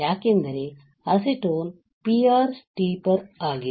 ಯಾಕೆಂದರೆ acetone PR ಸ್ಟೀಪರ್ ಆಗಿದೆ